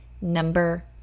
number